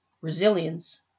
resilience